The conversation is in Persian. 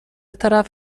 طرف